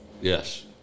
Yes